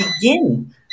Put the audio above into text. begin